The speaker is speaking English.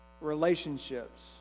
Relationships